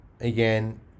again